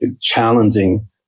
challenging